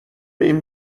این